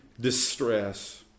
distress